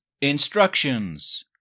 Instructions